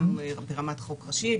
גם ברמת חוק ראשי,